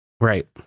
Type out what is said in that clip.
Right